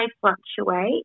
fluctuate